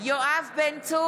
(קוראת בשמות חברי הכנסת) יואב בן צור,